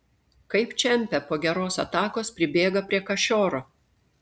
kaip čempe po geros atakos pribėga prie kašioro